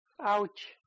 ouch